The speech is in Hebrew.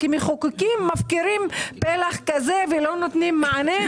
כמחוקקים מפקירים פלח כזה ולא נותנים מענה,